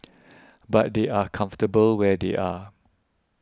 but they are comfortable where they are